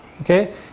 okay